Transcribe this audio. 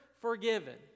forgiven